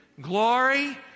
glory